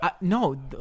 no